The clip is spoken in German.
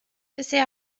bisher